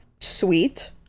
sweet